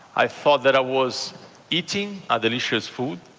i thought that i was eating a delicious food,